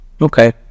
Okay